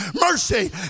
mercy